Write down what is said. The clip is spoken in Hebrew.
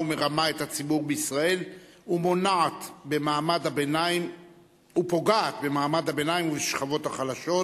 מרמה את הציבור בישראל ופוגעת במעמד הביניים ובשכבות החלשות.